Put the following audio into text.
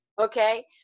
Okay